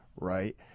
right